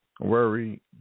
Worry